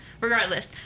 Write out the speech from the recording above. regardless